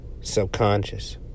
subconscious